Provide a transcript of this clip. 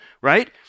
right